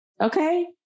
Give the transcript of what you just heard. Okay